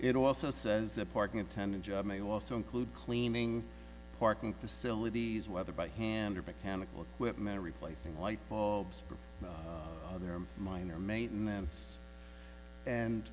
it also says that parking attendant job may also include cleaning parking facilities whether by hand or mechanical equipment or replacing light bulbs there are minor maintenance and